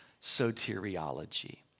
soteriology